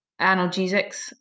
analgesics